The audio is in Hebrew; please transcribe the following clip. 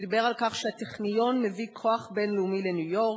הוא דיבר על כך שהטכניון מביא כוח בין-לאומי לניו-יורק,